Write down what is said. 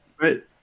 right